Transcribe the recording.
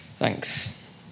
Thanks